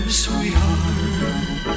sweetheart